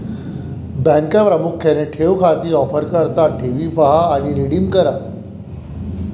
बँका प्रामुख्याने ठेव खाती ऑफर करतात ठेवी पहा आणि रिडीम करा